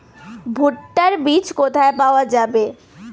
ভুট্টার বিজ কোথায় পাওয়া যাবে?